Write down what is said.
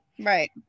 Right